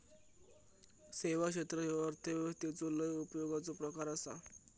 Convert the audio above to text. सेवा क्षेत्र ह्यो अर्थव्यवस्थेचो लय उपयोगाचो प्रकार आसा